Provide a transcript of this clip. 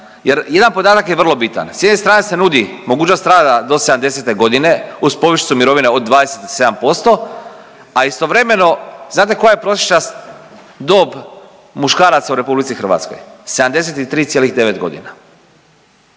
jer jedan podatak je vrlo bitan, s jedne strane se nudi mogućnost rada do 70 godina uz povišicu mirovine od 27%, a istovremeno znate koja je prosječna dob muškaraca u RH 73,9 godina.